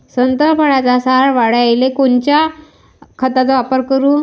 संत्रा फळाचा सार वाढवायले कोन्या खताचा वापर करू?